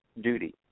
duty